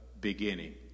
beginning